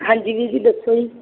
ਹਾਂਜੀ ਵੀਰ ਜੀ ਦੱਸੋ ਜੀ